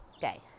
day